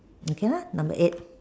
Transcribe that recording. ya number eight